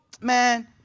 man